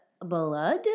blood